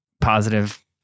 positive